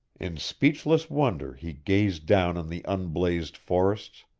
in speechless wonder he gazed down on the unblazed forests,